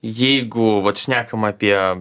jeigu vat šnekam apie